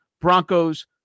Broncos